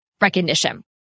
recognition